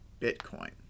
Bitcoin